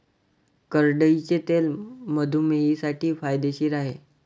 करडईचे तेल मधुमेहींसाठी फायदेशीर आहे